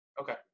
Okay